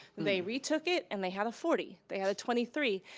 they retook it and they had a forty, they had a twenty three,